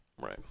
Right